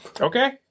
okay